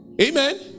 Amen